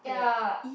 ya